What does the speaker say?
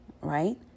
right